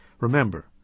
Remember